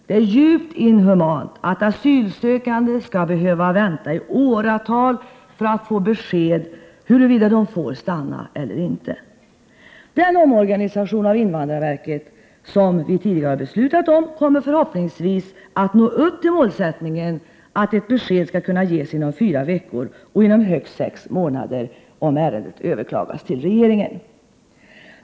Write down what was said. Det är djupt inhumant att asylsökan 31 maj 1989 de skall behöva vänta i åratal för att få besked huruvida de får stanna eller inte. Den omorganisation av invandrarverket som vi tidigare har beslutat om kommer förhoppningsvis att nå upp till målsättningen att ett besked skall kunna ges inom fyra veckor och inom högst sex månader, om ärendet överklagas till regeringen.